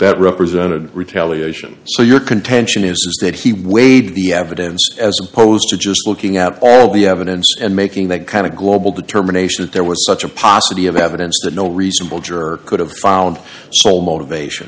that represented retaliation so your contention is that he weighed the evidence as opposed to just looking at all the evidence and making that kind of global determination that there was such a possibly of evidence that no reasonable juror could have found sole motivation